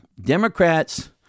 Democrats